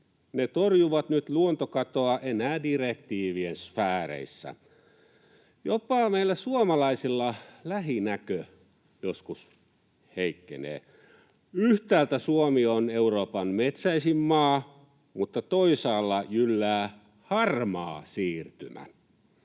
Ne torjuvat nyt luontokatoa enää direktiivien sfääreissä. Jopa meillä suomalaisilla lähinäkö joskus heikkenee. Yhtäältä Suomi on Euroopan metsäisin maa, mutta toisaalla jyllää harmaa siirtymä.